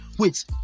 Wait